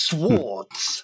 Swords